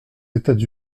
états